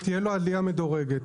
עלייה מדורגת.